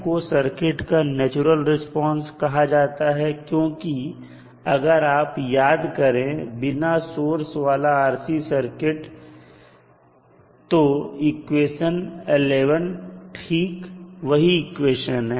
को सर्किट का natural response कहा जाता है क्योंकि अगर आप याद करें बिना सोर्स वाला RC सर्किट तो इक्वेशन 11 ठीक वही है